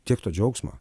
tiek to džiaugsmo